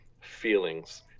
feelings